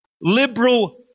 liberal